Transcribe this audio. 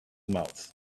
mouth